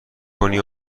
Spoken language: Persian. کنی